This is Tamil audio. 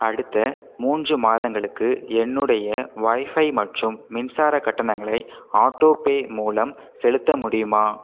அடுத்த மூன்று மாதங்களுக்கு என்னுடைய ஒய்ஃபை மற்றும் மின்சார கட்டணங்களை ஆட்டோபே மூலம் செலுத்த முடியுமா